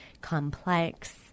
complex